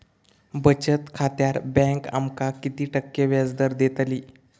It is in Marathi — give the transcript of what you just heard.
बचत खात्यार बँक आमका किती टक्के व्याजदर देतली?